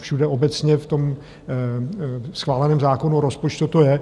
Všude obecně v tom schváleném zákonu o rozpočtu to je.